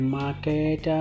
market